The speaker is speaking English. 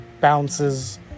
bounces